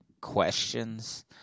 questions